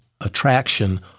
attraction